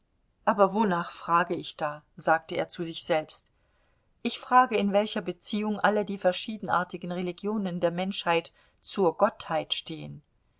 aber wonach frage ich da sagte er zu sich selbst ich frage in welcher beziehung alle die verschiedenartigen religionen der menschheit zur gottheit stehen